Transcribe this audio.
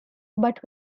but